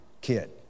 kid